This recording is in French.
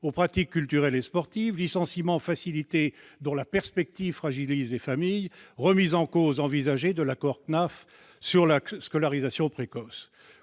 aux pratiques culturelles et sportives, des licenciements facilités, dont la perspective fragilise les familles, la remise en cause envisagée de l'accord avec la CNAF sur la scolarisation précoce.